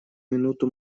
минуту